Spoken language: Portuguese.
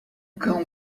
cão